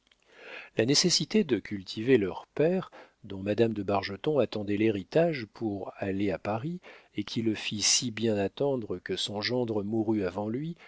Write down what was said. la nécessité de cultiver leur père dont madame de bargeton attendait l'héritage pour aller à paris et qui le fit si bien attendre que son fils mourut avant lui